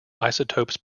isotopes